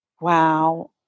Wow